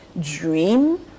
dream